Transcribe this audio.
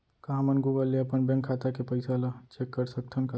का हमन गूगल ले अपन बैंक खाता के पइसा ला चेक कर सकथन का?